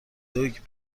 دوگ